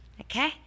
Okay